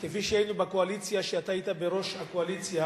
כפי שהיינו בקואליציה כשאתה היית יושב-ראש הקואליציה,